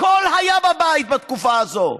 הכול היה בבית בתקופה הזאת.